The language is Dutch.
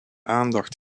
aandacht